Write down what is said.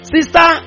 Sister